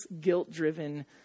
guilt-driven